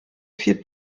vier